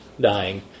dying